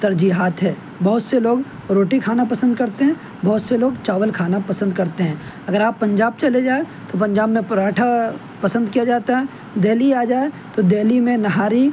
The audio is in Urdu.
ترجیحات ہے بہت سے لوگ روٹی کھانا پسند کرتے ہیں بہت سے لوگ چاول کھانا پسند کرتے ہیں اگر آپ پنجاب چلے جائیں تو پنجاب میں پراٹھا پسند کیا جاتا ہے دہلی آ جائیں تو دہلی میں نہاری